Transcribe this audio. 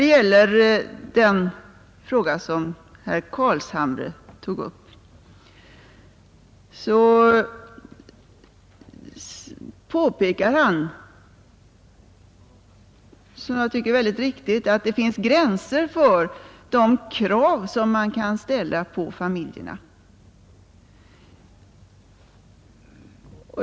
Herr Carlshamre påpekar, som jag tycker mycket riktigt, att det finns gränser för de krav som man kan ställa på familjerna.